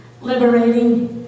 liberating